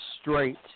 straight